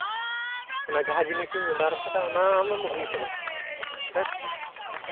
ᱚᱱᱟ ᱡᱟᱦᱟᱸ ᱡᱤᱱᱤᱥ ᱤᱧ ᱚᱰᱟᱨ ᱟᱠᱟᱫᱟ ᱚᱱᱟ ᱟᱢᱮᱢ ᱟᱹᱜᱩᱭᱟ ᱥᱮ ᱵᱟᱝ ᱦᱮᱸ